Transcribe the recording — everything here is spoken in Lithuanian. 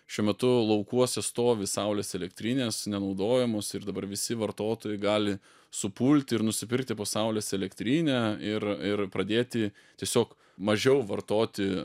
šiuo metu laukuose stovi saulės elektrinės nenaudojamos ir dabar visi vartotojai gali supulti ir nusipirkti po saulės elektrinę ir ir pradėti tiesiog mažiau vartoti